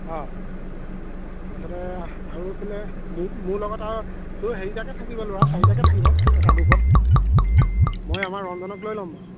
অ তাৰপিছতে আৰু এইফালে মোৰ মোৰ লগত আৰু তোৰ হেৰিটাকৈ থাকিব ল'ৰা চাৰিটাকৈ থাকিব এটা গ্ৰুপত মই আমাৰ ৰঞ্জনক লৈ ল'ম বাৰু